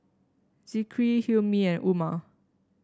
Zikri Hilmi and Umar